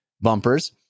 bumpers